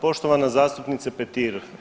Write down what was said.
Poštovana zastupnice Petir.